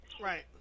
Right